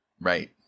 Right